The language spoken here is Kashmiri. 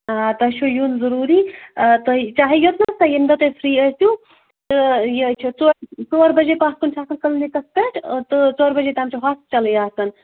آ تۄہہِ چھُو یُن ضُروٗری تُہۍ چاہے یوٚتنس تُہۍ ییٚمہِ دۄہ تُہۍ فرٛی ٲسِو تہٕ یہِ چھِ ژو ژور بَجے پَتھ کُن چھُ آسان کِلنِکَس پٮ۪ٹھ تہٕ ژور بَجے تام چھُ ہاسپِٹَلٕے آسان